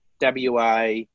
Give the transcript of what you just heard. WA